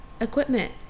Equipment